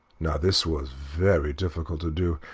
now this was very difficult to do,